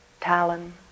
talon